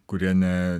kurie ne